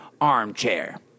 armchair